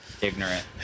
ignorant